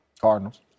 Cardinals